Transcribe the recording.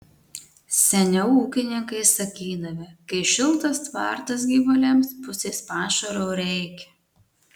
seniau ūkininkai sakydavę kai šiltas tvartas gyvuliams pusės pašaro reikia